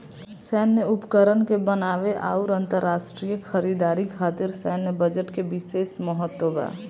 सैन्य उपकरण के बनावे आउर अंतरराष्ट्रीय खरीदारी खातिर सैन्य बजट के बिशेस महत्व बा